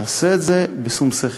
נעשה את זה בשום שכל.